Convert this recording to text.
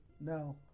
No